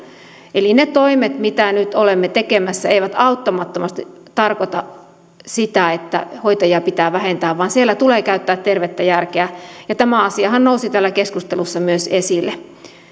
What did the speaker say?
eli ne toimet mitä nyt olemme tekemässä eivät auttamattomasti tarkoita sitä että hoitajia pitää vähentää vaan siellä tulee käyttää tervettä järkeä tämä asiahan nousi myös täällä keskustelussa esille